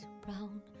brown